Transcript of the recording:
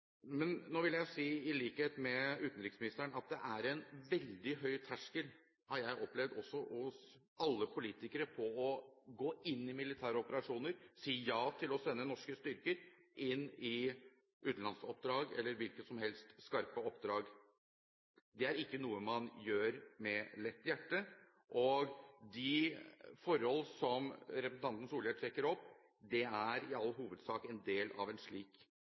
Men nå vil jeg si, i likhet med utenriksministeren, at det er en veldig høy terskel, har jeg opplevd, hos alle politikere for å gå inn i militære operasjoner, si ja til å sende norske styrker ut i utenlandsoppdrag eller hvilke som helst skarpe oppdrag. Det er ikke noe man gjør med lett hjerte. De forhold som representanten Solhjell trekker opp, er i all hovedsak en del av en slik